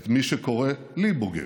את מי שקורא לי בוגד.